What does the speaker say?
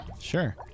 Sure